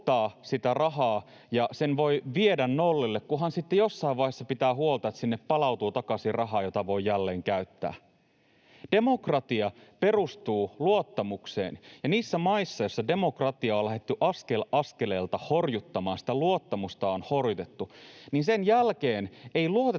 sitä rahaa ja sen voi viedä nollille, kunhan sitten jossain vaiheessa pitää huolta, että sinne palautuu takaisin rahaa, jota voi jälleen käyttää. Demokratia perustuu luottamukseen, ja niissä maissa, joissa demokratiaa on lähdetty askel askeleelta horjuttamaan, sitä luottamusta on horjutettu, ei luoteta